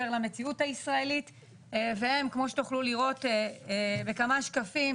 למציאות הישראלית והם כמו שתוכלו לראות בכמה שקפים,